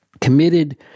committed